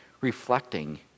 reflecting